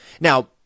Now